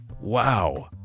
Wow